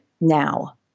now